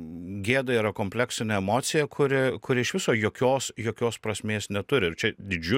gėda yra kompleksinė emocija kuri kuri iš viso jokios jokios prasmės neturi ir čia didžiu